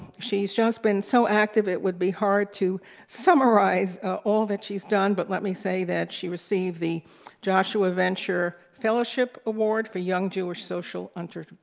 she's just been so active it would be hard to summarize all that she's done, but let me say that she received the joshua venture fellowship award for young jewish social entrepreneurs.